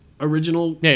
original